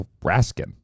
raskin